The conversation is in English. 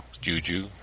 Juju